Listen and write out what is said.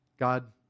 God